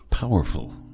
Powerful